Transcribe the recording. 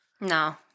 No